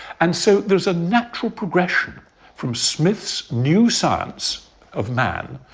and so, there's a natural progression from smith's new science of man,